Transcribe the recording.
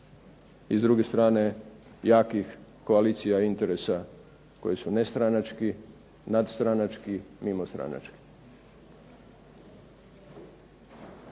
i s druge strane jakih koalicija i interesa koji su nestranački, nadstranački, mimo stranački.